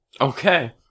Okay